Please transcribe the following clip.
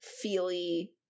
feely